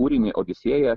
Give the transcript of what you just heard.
kūrinį odisėją